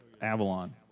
Avalon